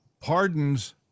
pardons